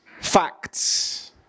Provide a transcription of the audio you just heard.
facts